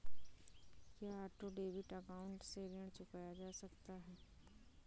क्या auto debit account से ऋण चुकाया जा सकता है?